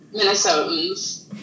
Minnesotans